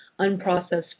unprocessed